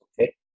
Okay